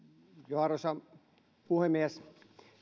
arvoisa puhemies